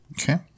Okay